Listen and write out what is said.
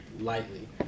lightly